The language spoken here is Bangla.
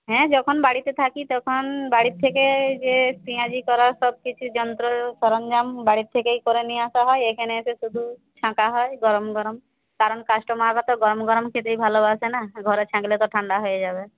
হ্যাঁ যখন বাড়িতে থাকি তখন বাড়ির থেকে যে পিঁয়াজি করার সব কিছু যন্ত্র সরঞ্জাম বাড়ি থেকেই করে নিয়ে আসা হয় এইখানে এসে শুধু ছাঁকা হয় গরম গরম কারণ কাস্টমাররা তো গরম গরম খেতেই ভালোবাসে না ঘরে ছাঁকলে তো ঠাণ্ডা হয়ে যাবে